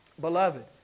Beloved